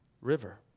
River